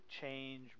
change